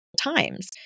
times